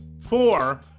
four